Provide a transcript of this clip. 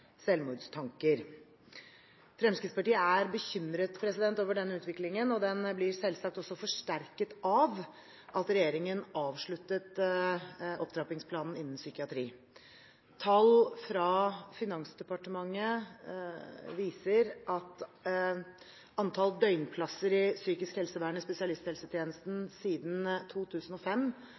Fremskrittspartiet er bekymret over denne utviklingen, og den blir selvsagt også forsterket av at regjeringen avsluttet opptrappingsplanen innen psykiatri. Tall fra Finansdepartementet viser at antall døgnplasser i psykisk helsevern i spesialisthelsetjenesten siden 2005